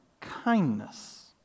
kindness